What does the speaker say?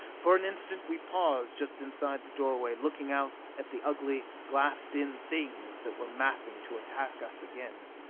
for an instant we paused just inside the doorway, looking out at the ugly, glassed-in things that were massing to attack us again.